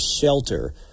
shelter